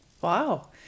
Wow